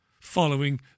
following